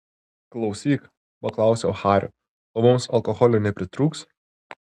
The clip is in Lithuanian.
klausyk paklausiau hario o mums alkoholio nepritrūks